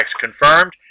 confirmed